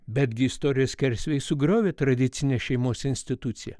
betgi istorijos skersvėjai sugriovė tradicinę šeimos instituciją